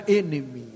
enemy